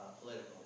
political